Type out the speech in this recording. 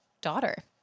daughter